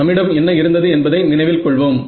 நம்மிடம் என்ன இருந்தது என்பதை நினைவில் கொள்வோம்